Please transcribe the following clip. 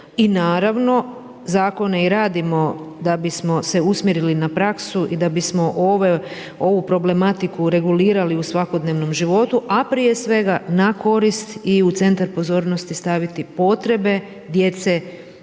I naravno, zakone i radimo da bismo se usmjerili na praksu i da bismo ovu problematiku regulirali u svakodnevnom životu, a prije svega na korist i u centar pozornosti potrebe djece,